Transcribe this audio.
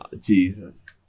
Jesus